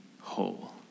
whole